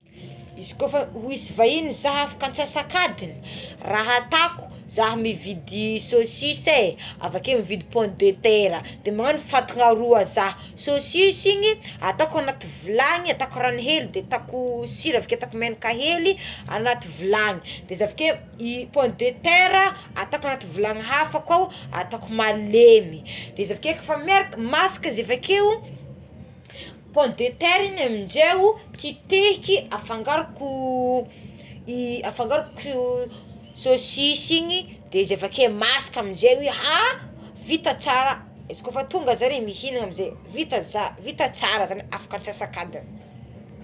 Izy kôfa hoisy vahiny zaha afaka atsasakadiny raha ataoko za mividy saosisy é avakeo mividy pomme de terra de magnagno fatana roa zah saosisy igny ataoko anaty vilagny ataoko rano hely de ataoko sira avike ataoko menaka hely anaty vilany, de izy avikeo pomme de tera ataoko agnaty vilany hafa koa ataoko malemy de izy avike kefa masaka izy avike, pomme de tera iny amizay titehiky afangaroko afangaroko saosisy igny izy avakeo masaka amizay i ha vita tsara izy kôfa tonga zareo mihinana amizay vita za vita tsara zany afaka atsasakadiny.